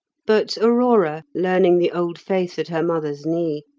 but aurora, learning the old faith at her mother's knee,